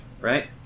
right